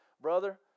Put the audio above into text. brother